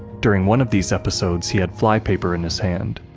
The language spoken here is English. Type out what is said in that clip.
during one of these episodes he had flypaper in his hand,